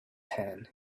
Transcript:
hand